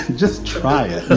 just try it.